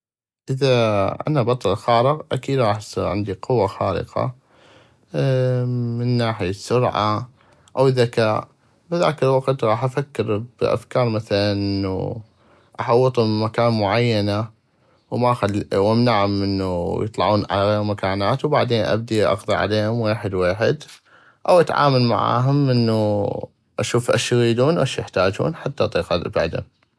اذا انا بطل خارق اكيد غاح تصيغ عندي قوة خارقة من ناحية سرعة او ذكاء هذاك الوقت غاح افكر بافكار انو احوطو من مكان معينى وما اخلينو امنعم من انو يطلعون على غيغ مكانات وبعدين اقضي عليهم ويحد ويحد او اتعامل معاهم انو اش اغيدون اش يحتاجون حتى اطيق ابعدم.